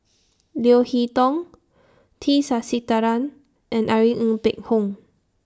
Leo Hee Tong T Sasitharan and Irene Ng Phek Hoong